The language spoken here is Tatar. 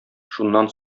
шуннан